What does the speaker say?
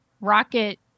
Rocket